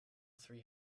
three